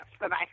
Bye-bye